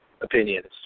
opinions